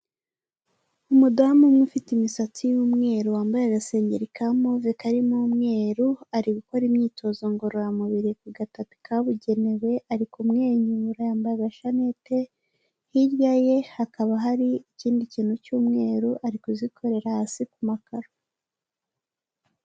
Umudamu umwe ufite imisatsi y'umweru wambaye agasengeri ka move karimo umweru, ari gukora imyitozo ngororamubiri ku gatakapi kabugenewe, ari kumwenyura yambaye agashanete, hirya ye hakaba hari ikindi kintu cy'umweru, ari kuzikorera hasi ku makaro.